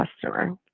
customer